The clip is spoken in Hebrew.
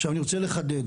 עכשיו אני רוצה לחדד,